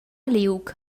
liug